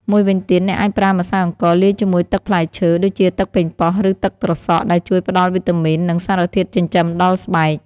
មួយវិញទៀត អ្នកអាចប្រើម្សៅអង្ករលាយជាមួយទឹកផ្លែឈើ ដូចជាទឹកប៉េងប៉ោះ ឬទឹកត្រសក់ ដែលជួយផ្ដល់វីតាមីន និងសារធាតុចិញ្ចឹមដល់ស្បែក។